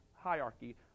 hierarchy